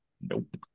nope